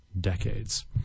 decades